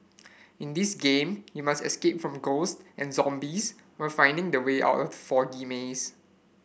in this game you must escape from ghosts and zombies while finding the way out of foggy maze